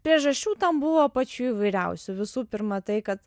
priežasčių tam buvo pačių įvairiausių visų pirma tai kad